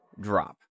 drop